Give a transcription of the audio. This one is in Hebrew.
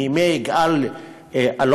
מימי יגאל אלון.